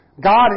God